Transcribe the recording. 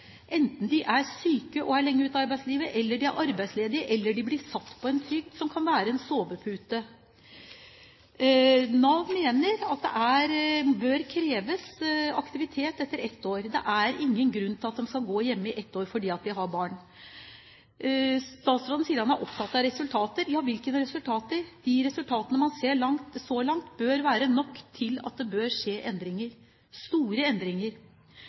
enten de er syke og er lenge ute av arbeidslivet, er arbeidsledige eller blir satt på en trygd, som kan være en sovepute. Nav mener at det bør kreves aktivitet etter et år. Det er ingen grunn til at de skal gå hjemme i mer enn et år fordi de har barn. Statsråden sier han er opptatt av resultater – ja, hvilke resultater? De resultatene man har sett så langt, bør være nok til at det bør skje endringer – store endringer.